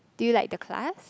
do you like the class